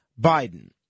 Biden